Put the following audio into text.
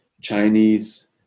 Chinese